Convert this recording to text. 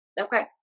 Okay